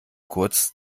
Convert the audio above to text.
kurz